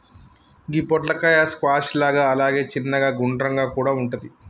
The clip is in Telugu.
గి పొట్లకాయ స్క్వాష్ లాగా అలాగే చిన్నగ గుండ్రంగా కూడా వుంటది